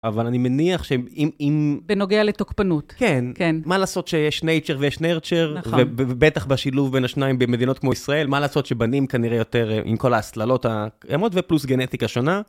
אבל אני מניח שאם... בנוגע לתוקפנות. כן, מה לעשות שיש Nature ויש Nurture, ובטח בשילוב בין השניים במדינות כמו ישראל, מה לעשות שבנים כנראה יותר עם כל ההסללות הקיימות ופלוס גנטיקה שונה